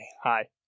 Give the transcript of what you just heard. Hi